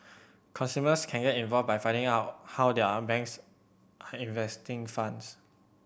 consumers can get involved by finding out how their banks investing funds